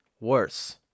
worse